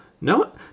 No